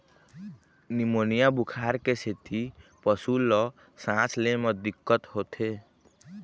pneumonia बुखार के सेती पशु ल सांस ले म दिक्कत होथे